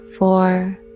four